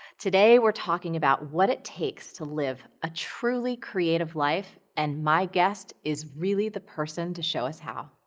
today we're talking about what it takes to live a truly creative life and my guest is really the person to show us how.